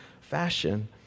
fashion